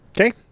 Okay